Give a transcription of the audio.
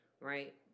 right